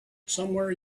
somewhere